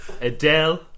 Adele